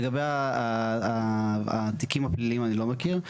לגבי התיקים הפליליים אני לא מכיר,